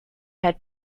had